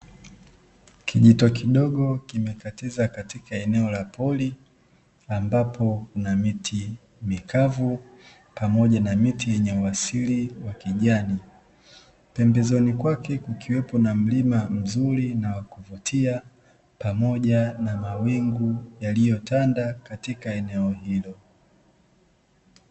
Kijito kidogo kimekatiza katika eneo la porini ambapo kuna miti mikavu pamoja na miti yenye uasili wa kijani, pembezoni kwake kukiwepo na mlima mzuri na wa kuvutia pamoja na mawingu yaliyotanda katika eneo hilo.